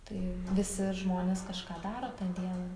tai visi žmonės kažką daro tą dieną